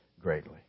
greatly